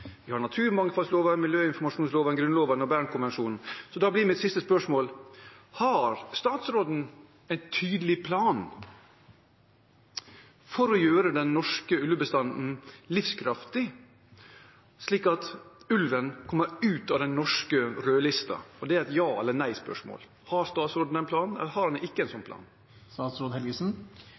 Vi har naturmangfoldloven, miljøinformasjonsloven, Grunnloven og Bernkonvensjonen. Da blir mitt siste spørsmål: Har statsråden en tydelig plan for å gjøre den norske ulvebestanden livskraftig, slik at ulven kommer ut av den norske rødlisten? Det er et ja/nei-spørsmål. Har statsråden en slik plan, eller har han ikke det? Statsråden har en plan